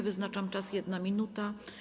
Wyznaczam czas - 1 minuta.